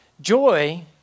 Joy